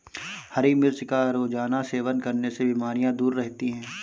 हरी मिर्च का रोज़ाना सेवन करने से बीमारियाँ दूर रहती है